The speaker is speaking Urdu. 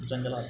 جنگلات